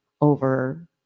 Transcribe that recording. over